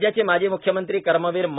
राज्याचे माजी मुख्यमंत्री कर्मवीर मा